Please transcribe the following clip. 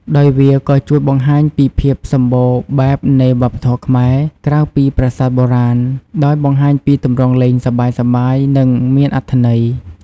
ដោយវាក៏ជួយបង្ហាញពីភាពសម្បូរបែបនៃវប្បធម៌ខ្មែរ ក្រៅពីប្រាសាទបុរាណ ដោយបង្ហាញពីទម្រង់លេងសប្បាយៗ និងមានអត្ថន័យ។